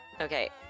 Okay